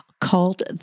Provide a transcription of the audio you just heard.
called